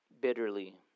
bitterly